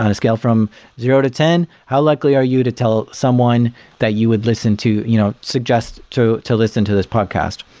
and scale from zero to ten, how likely are you to tell someone that you would listen to you know suggest to to listen to this podcast?